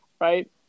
right